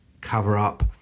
cover-up